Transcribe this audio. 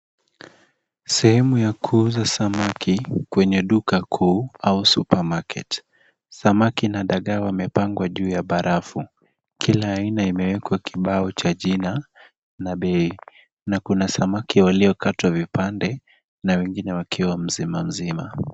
Sehemu ya kuuza samaki kwenye duka kuu au supermarket. Samaki na dangaa yamepangwa juu ya barafu. Kila aina imewekwa kibao cha jina na bei na kuna samaki waliokatwa vipande na wengine wakiwa mzimamzima.